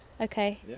Okay